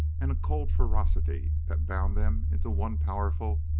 and a cold ferocity that bound them into one powerful,